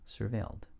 surveilled